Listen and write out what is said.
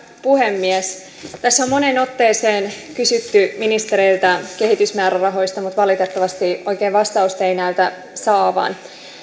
puhemies tässä on moneen otteeseen kysytty ministereiltä kehitysmäärärahoista mutta valitettavasti oikein vastausta ei näytä saavan